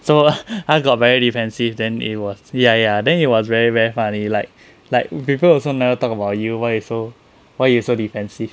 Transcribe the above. so 他 got very defensive then it was ya ya then it was very very funny like like people also never talk about you why you so why you so defensive